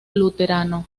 luterano